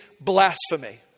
blasphemy